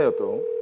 ah do